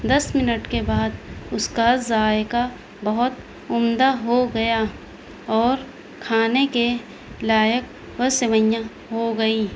دس minute کے بعد اس کا ذائقہ بہت عمدہ ہو گیا اور کھانے کے لائق وہ سوئیاں ہو گئی